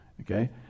okay